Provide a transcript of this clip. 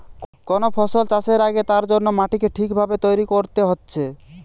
কোন ফসল চাষের আগে তার জন্যে মাটিকে ঠিক ভাবে তৈরী কোরতে হচ্ছে